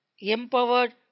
empowered